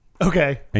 Okay